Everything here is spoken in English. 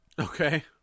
Okay